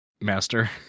master